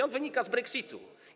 On wynika z brexitu.